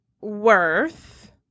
worth